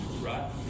right